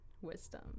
wisdom